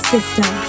System